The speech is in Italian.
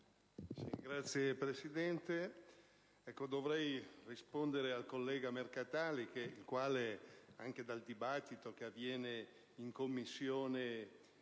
Signora Presidente, vorrei rispondere al collega Mercatali, il quale, anche nel dibattito che avviene in Commissione